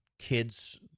kids